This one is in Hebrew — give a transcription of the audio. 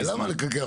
למה לקלקל?